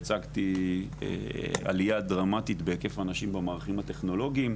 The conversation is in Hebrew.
והצגתי עלייה דרמטית בהיקף הנשים במערכים הטכנולוגיים.